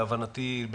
להבנתי,